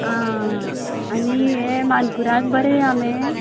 आं आनी ये मानकुराद बरे आंबे